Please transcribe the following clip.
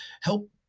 help